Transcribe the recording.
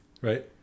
Right